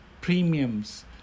premiums